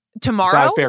Tomorrow